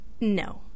No